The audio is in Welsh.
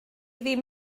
ddim